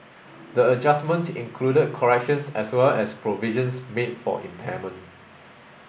the adjustments included corrections as well as provisions made for impairment